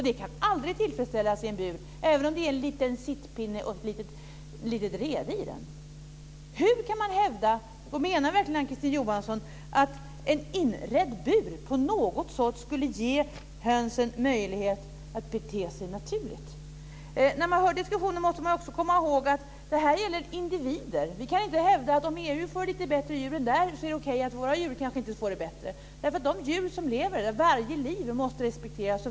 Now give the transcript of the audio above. Det kan aldrig tillfredsställas i en liten bur, även om det finns en liten sittpinne och ett litet rede i den. Menar verkligen Ann-Kristine Johansson att en inredd bur på något sätt skulle ge hönsen möjlighet att bete sig naturligt? När man för den här diskussionen måste man också komma ihåg att det gäller individer. Vi kan inte hävda att om djuren i EU får det lite bättre är det okej att våra djur kanske inte får det bättre. Varje liv måste respekteras.